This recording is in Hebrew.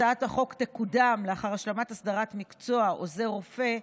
הצעת החוק תקודם לאחר השלמת הסדרת מקצוע עוזר רופא,